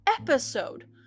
episode